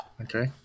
Okay